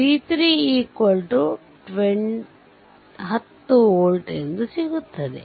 142 amps v3 10 volt ಸಿಗುತ್ತದೆ